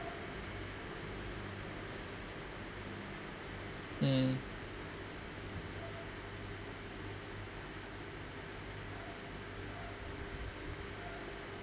hmm